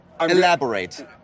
Elaborate